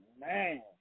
man